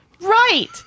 right